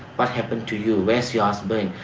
what happened to you? where is you husband?